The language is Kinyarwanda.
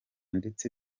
ndetse